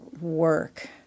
work